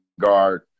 guard